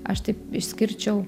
aš taip išskirčiau